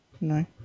No